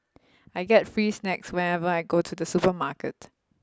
I get free snacks whenever I go to the supermarket